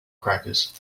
crackers